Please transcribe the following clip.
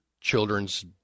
children's